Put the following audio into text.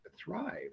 thrive